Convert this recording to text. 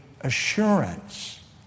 assurance